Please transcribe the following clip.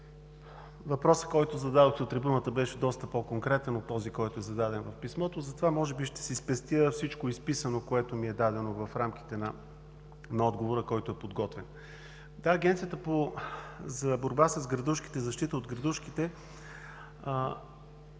въпросът, който зададохте от трибуната, беше доста по-конкретен от този, който е зададен в писмото. Затова може би ще си спестя всичко изписано, което ми е дадено в рамките на подготвения отговор. Да, Агенцията за „Борба с градушките“ има своите